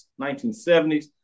1970s